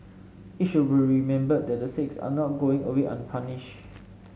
it should be remembered that the six are not going away unpunished